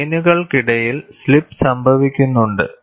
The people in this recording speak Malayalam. പ്ലെയിനുകൾക്കിടയിൽ സ്ലിപ്പ് സംഭവിക്കുന്നുണ്ട്